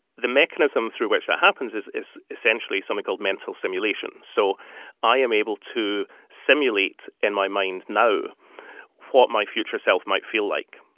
the mechanism through which that happens is, essentially, something called mental simulation. so i am able to simulate in my mind now what my future self might feel like.